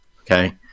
Okay